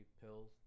pills